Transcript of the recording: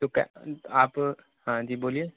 تو کے آپ ہاں جی بولیے